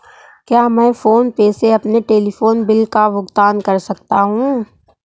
क्या मैं PhonePe से अपने टेलीफोन बिल का भुगतान कर सकता हूँ?